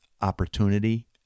Opportunity